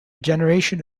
generation